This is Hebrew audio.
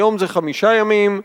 היום זה חמישה ימים,